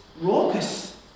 raucous